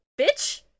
Bitch